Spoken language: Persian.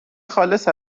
خالص